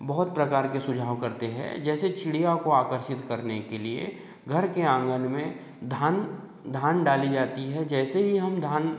बहुत प्रकार के सुझाव करते हैं जैसे चिड़ियाओं को आकर्षित करने के लिए घर के आँगन में धान धान डाली जाती है जैसे ही हम धान